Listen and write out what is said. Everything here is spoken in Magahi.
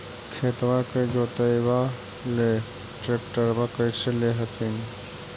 खेतबा के जोतयबा ले ट्रैक्टरबा कैसे ले हखिन?